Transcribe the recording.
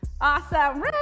Awesome